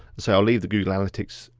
so i'll leave the google analytics.